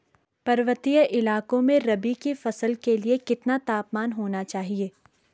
पर्वतीय इलाकों में रबी की फसल के लिए कितना तापमान होना चाहिए?